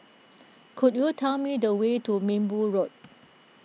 could you tell me the way to Minbu Road